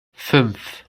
fünf